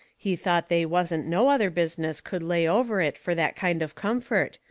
he thought they wasn't no other business could lay over it fur that kind of comfort.